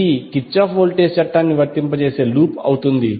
ఇది Kirchhoff voltage చట్టాన్ని వర్తించే లూప్ అవుతుంది